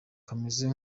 kameze